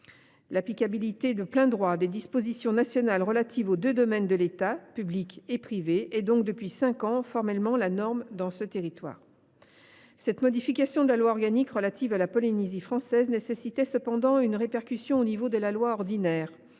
L’applicabilité de plein droit des dispositions nationales relatives aux deux domaines de l’État, public et privé, est donc formellement la norme dans ce territoire depuis cinq ans. Cette modification de la loi organique relative à la Polynésie nécessitait cependant une répercussion au niveau de la loi ordinaire,